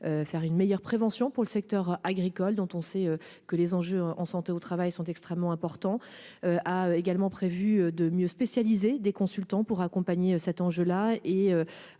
faire une meilleure prévention pour le secteur agricole, dont on sait que les enjeux en santé au travail sont extrêmement importants, a également prévu de mieux des consultants pour accompagner cet enjeu là et